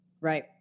Right